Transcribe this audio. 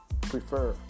prefer